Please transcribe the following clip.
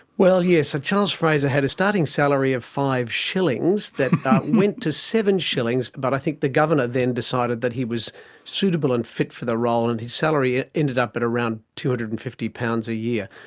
well yes, ah so charles fraser had a starting salary of five shillings that went to seven shillings, but i think the governor then decided that he was suitable and fit for the role, and his salary ended up at around two hundred and fifty pounds a year.